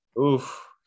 Oof